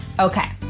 Okay